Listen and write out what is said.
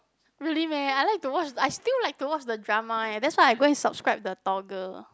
really meh I like to watch I still like to watch the drama eh that's why I go and subscribe the Toggle